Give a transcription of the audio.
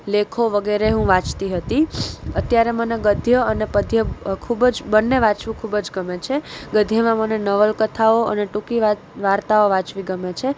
લેખો વગેરે હું વાંચતી હતી અત્યારે મને ગદ્ય અને પદ્ય ખૂબ જ બંને વાંચવું ખૂબ જ ગમે છે ગદ્યમાં મને નવલકથાઓ અને ટુંકી વા વાર્તાઓ વાંચવી ગમે છે